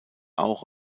auch